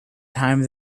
time